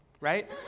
Right